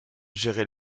gérait